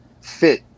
fit